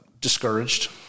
discouraged